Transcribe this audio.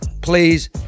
please